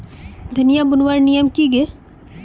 धनिया बूनवार नियम की गे?